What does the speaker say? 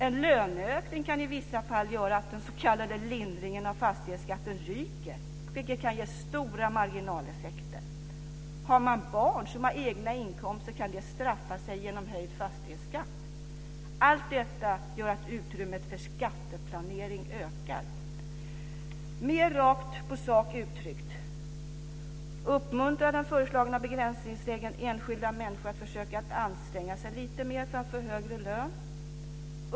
En löneökning kan i vissa fall göra att den s.k. lindringen av fastighetsskatten ryker, vilket kan ge stora marginaleffekter. Har man barn som har egna inkomster kan det straffa sig genom höjd fastighetsskatt. Allt detta gör att utrymmet för skatteplanering ökar. Mer rakt på sak uttryckt: - Uppmuntrar den föreslagna begränsningsregeln enskilda människor att försöka anstränga sig lite mer för att få högre lön?